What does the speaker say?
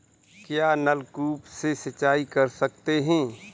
क्या नलकूप से सिंचाई कर सकते हैं?